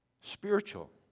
Spiritual